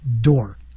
door